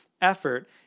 effort